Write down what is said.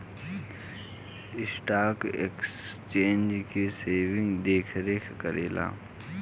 stock exchange के SEBI देखरेख करेला